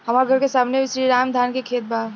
हमर घर के सामने में श्री राम के धान के खेत बा